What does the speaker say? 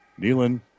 Nealon